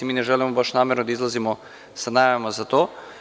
Mi ne želimo baš namerno da izlazimo sa najavama za to.